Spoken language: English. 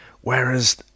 Whereas